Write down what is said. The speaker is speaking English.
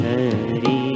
Hari